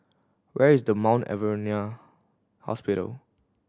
where is the Mount Alvernia Hospital